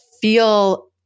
feel